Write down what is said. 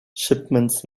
shipments